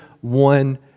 one